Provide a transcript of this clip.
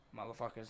motherfuckers